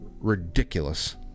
ridiculous